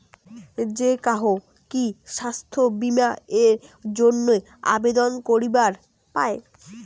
যে কাহো কি স্বাস্থ্য বীমা এর জইন্যে আবেদন করিবার পায়?